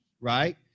right